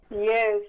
Yes